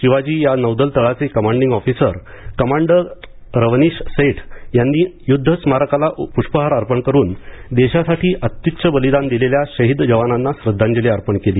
शिवाजी या नौदल तळाचे commanding officer commander Ravnish Seth यांनी युद्धस्मारकाला पुष्पहार अर्पण करून देशासाठी अत्त्यूच्च बलिदान दिलेल्या शहीद जवानांना श्रद्धांजली अर्पण केली